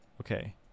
okay